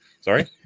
Sorry